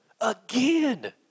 again